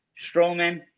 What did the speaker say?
Strowman